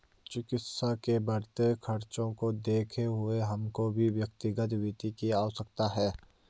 चिकित्सा के बढ़ते खर्चों को देखते हुए हमको भी व्यक्तिगत वित्त की आवश्यकता है